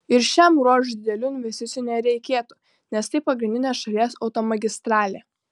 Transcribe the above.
ir šiam ruožui didelių investicijų nereikėtų nes tai pagrindinė šalies automagistralė